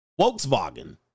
Volkswagen